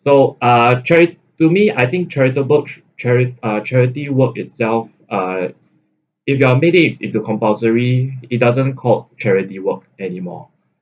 so uh chari~ to me I think charitable chari~ uh charity work itself uh if you are made it into compulsory it doesn't called charity work anymore